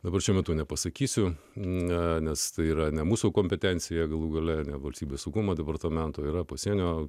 dabar šiuo metu nepasakysiu ne nes tai yra ne mūsų kompetencija galų gale ne valstybės saugumo departamento yra pasienio